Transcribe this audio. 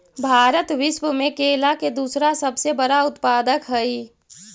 भारत विश्व में केला के दूसरा सबसे बड़ा उत्पादक हई